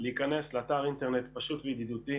להיכנס לאתר אינטרנט פשוט וידידותי,